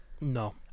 No